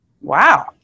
Wow